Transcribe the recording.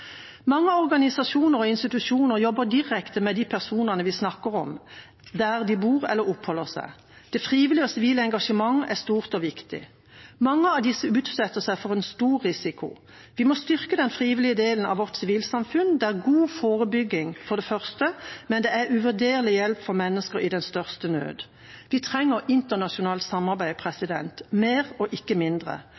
Mange organisasjoner og institusjoner jobber direkte med de personene vi snakker om, der de bor eller oppholder seg. Det frivillige og sivile engasjementet er stort og viktig. Mange av disse menneskene utsetter seg for en stor risiko. Vi må styrke den frivillige delen av vårt sivilsamfunn. Det er for det første god forebygging, men det er også uvurderlig hjelp for mennesker i den største nød. Vi trenger internasjonalt samarbeid